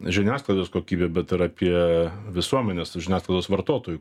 žiniasklaidos kokybę bet ir apie visuomenės žiniasklaidos vartotojų